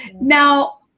now